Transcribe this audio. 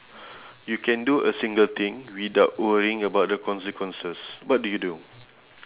you can do a single thing without worrying about the consequences what do you do